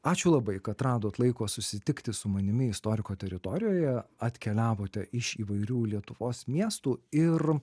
ačiū labai kad radot laiko susitikti su manimi istoriko teritorijoje atkeliavote iš įvairių lietuvos miestų ir